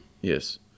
Yes